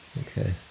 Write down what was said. Okay